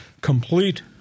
Complete